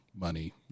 money